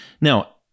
Now